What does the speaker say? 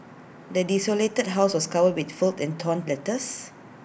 the desolated house was covered with fold and torn letters